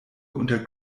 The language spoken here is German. unter